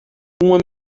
uma